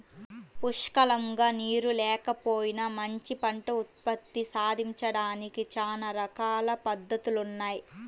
పుష్కలంగా నీరు లేకపోయినా మంచి పంట ఉత్పత్తి సాధించడానికి చానా రకాల పద్దతులున్నయ్